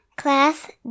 Class